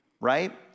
Right